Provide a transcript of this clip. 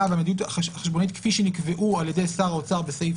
והמדיניות החשבונאית כפי שנקבעו על-ידי שר האוצר בסעיף